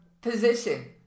position